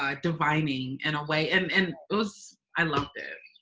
ah divining in a way. and and it was i loved it.